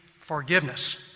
forgiveness